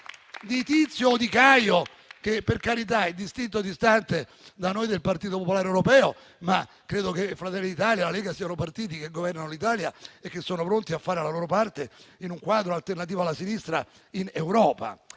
di Tizio o Caio che, per carità, sono distinti e distanti da noi del Partito popolare europeo, ma credo che Fratelli d'Italia e la Lega siano partiti che governano l'Italia e sono pronti a fare la loro parte, in un quadro alternativo alla sinistra, in Europa.